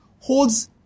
holds